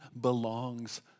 belongs